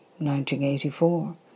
1984